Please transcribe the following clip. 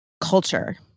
culture